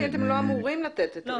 אתם לא אמורים לתת היתרים כאלה --- לא,